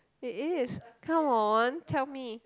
it is come on tell me